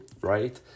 right